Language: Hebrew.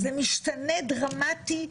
זה משתנה דרמטי,